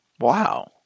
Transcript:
Wow